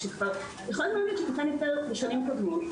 יכול להיות שהוא נתן היתר בשנים קודמות.